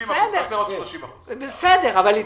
70%, וחסרים עוד 30%. בסדר, בסדר.